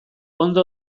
ondo